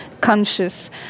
conscious